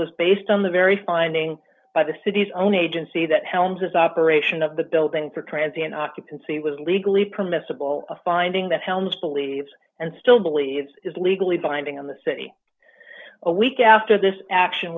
was based on the very finding by the city's own agency that helms its operation of the building for transient occupancy was legally permissible a finding that helms believes and still believes is legally binding on the city a week after this action